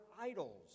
idols